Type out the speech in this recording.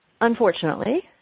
Unfortunately